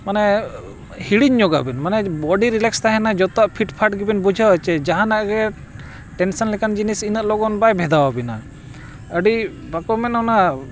ᱢᱟᱱᱮ ᱦᱤᱲᱤᱧ ᱧᱚᱜᱟᱵᱤᱱ ᱢᱟᱱᱮ ᱵᱚᱰᱤ ᱨᱤᱞᱮᱠᱥ ᱛᱟᱦᱮᱱᱟ ᱡᱷᱚᱛᱚᱣᱟᱜ ᱯᱷᱤᱴ ᱯᱷᱟᱴ ᱜᱮᱵᱮᱱ ᱵᱩᱡᱷᱟᱹᱣᱟ ᱥᱮ ᱡᱟᱦᱟᱱᱟᱜ ᱜᱮ ᱴᱮᱱᱥᱚᱱ ᱞᱮᱠᱟᱱ ᱡᱤᱱᱤᱥ ᱤᱱᱟᱹᱜ ᱞᱚᱜᱚᱱ ᱵᱟᱭ ᱵᱷᱮᱫᱟᱣ ᱟᱵᱤᱱᱟ ᱟᱹᱰᱤ ᱵᱟᱠᱚ ᱢᱮᱱᱟ ᱚᱱᱟ